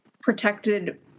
protected